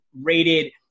rated